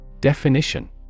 Definition